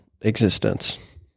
Existence